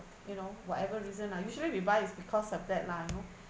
you know whatever reason lah usually we buy it's because of that lah you know